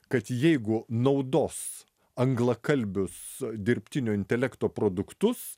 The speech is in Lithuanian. kad jeigu naudos anglakalbius dirbtinio intelekto produktus